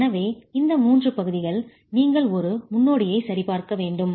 எனவே இந்த 3 பகுதிகள் நீங்கள் ஒரு முன்னோடியை சரிபார்க்க வேண்டும்